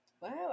Wow